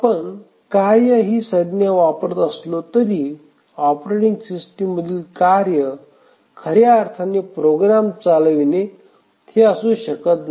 आपण कार्य संज्ञा वापरत असलो तरी ऑपरेटिंग सिस्टममधील कार्य खर्या अर्थाने प्रोग्राम चालवणे हे असू शकत नाही